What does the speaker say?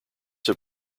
have